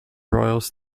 royals